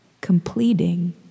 completing